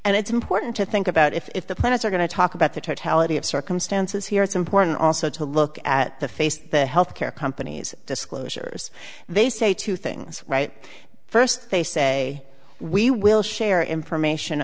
and it's important to think about if the planets are going to talk about the totality of circumstances here it's important also to look at the face of the health care companies disclosures they say two things right first they say we will share information